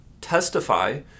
testify